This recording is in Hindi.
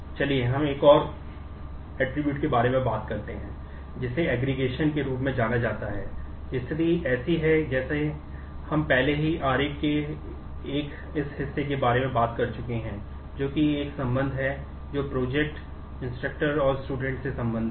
चलिए हम एक और ऐट्रिब्यूट से संबंधित है